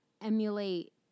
emulate